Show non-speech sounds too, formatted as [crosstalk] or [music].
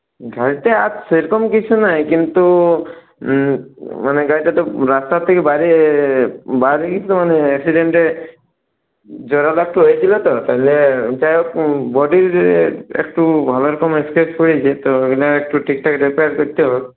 গাড়িতে আর সেরকম কিছু নাই কিন্তু মানে গাড়িটাতো রাস্তার থেকে বাইরে বাড়িয়েই তো মানে এক্সিডেন্টে [unintelligible] একটু হয়ে ছিলো তো তবে যাই হোক বডির একটু ভালো মত স্ক্র্যাচ পড়েছে তো ওগুলো একটু ঠিকঠাক রিপেয়ার করতে হবে